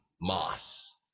moss